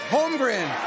Holmgren